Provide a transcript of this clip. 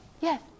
Yes